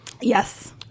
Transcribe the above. Yes